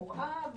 מורחב,